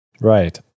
Right